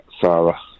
Sarah